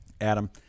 Adam